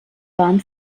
waren